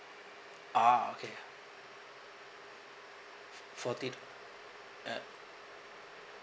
ah okay forty dollar uh